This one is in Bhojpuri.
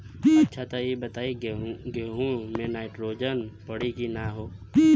अच्छा त ई बताईं गेहूँ मे नाइट्रोजन पड़ी कि ना?